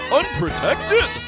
unprotected